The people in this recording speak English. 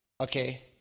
okay